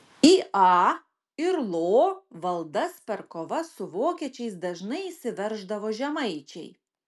į a ir lo valdas per kovas su vokiečiais dažnai įsiverždavo žemaičiai